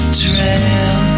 trail